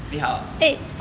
你好